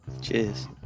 Cheers